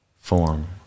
form